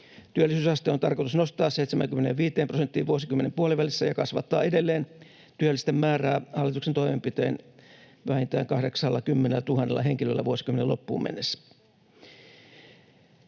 Työllisyysaste on tarkoitus nostaa 75 prosenttiin vuosikymmenen puolivälissä ja työllisten määrää kasvattaa edelleen hallituksen toimenpitein vähintään 80 000 henkilöllä vuosikymmenen loppuun mennessä.